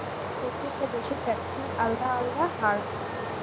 প্রত্যেকটা দেশে ট্যাক্সের আলদা আলদা হার হয়